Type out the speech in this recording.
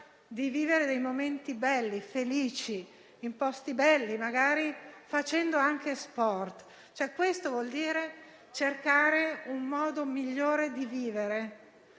di vivere dei momenti felici in posti belli, magari anche facendo sport. Questo vuol dire cercare un modo migliore di vivere,